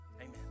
amen